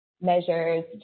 measures